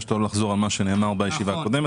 ביקשת לא לחזור על מה שנאמר בישיבה הקודמת